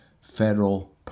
federal